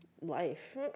life